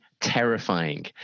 terrifying